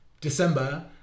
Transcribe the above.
December